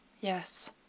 Yes